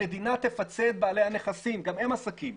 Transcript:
המדינה תפצה את בעלי הנכסים כי גם הם עסקים,